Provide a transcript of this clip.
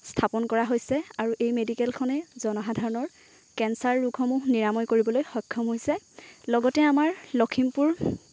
স্থাপন কৰা হৈছে আৰু এই মেডিকেলখনে জনসাধাৰণৰ কেঞ্চাৰ ৰোগসমূহ নিৰাময় কৰিবলৈ সক্ষম হৈছে লগতে আমাৰ লখিমপুৰ